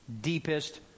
deepest